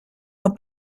our